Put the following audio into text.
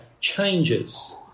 changes